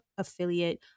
affiliate